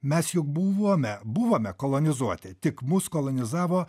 mes juk buvome buvome kolonizuoti tik mus kolonizavo